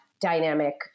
dynamic